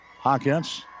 Hawkins